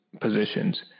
positions